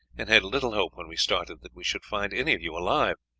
and had little hope when we started that we should find any of you alive.